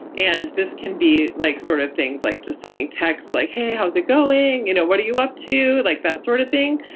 and this can be like sort of things like just sending texts like, hey, how's it going? you know what are you up to? like that sort of thing.